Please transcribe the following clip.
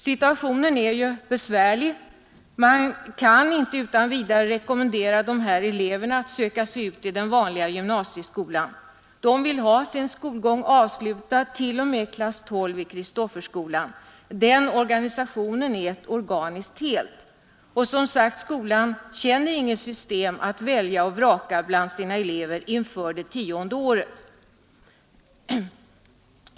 Situationen är besvärlig; man kan inte utan vidare rekommendera dessa elever att söka sig ut i den vanliga gymnasieskolan. De vill ha sin skolgång avslutad t.o.m. klass 12 i Kristofferskolan — den organisationen är ett organiskt helt. Och som sagt: skolan känner inget system att välja och vraka bland sina elever inför det tionde året.